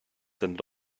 sind